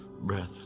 breath